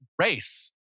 race